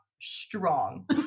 strong